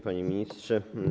Panie Ministrze!